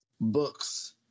Books